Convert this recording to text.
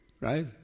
right